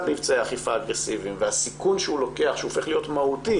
מבצעי האכיפה האגרסיביים והסיכון שהוא לוקח הופך להיות מהותי